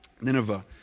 Nineveh